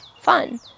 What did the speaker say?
fun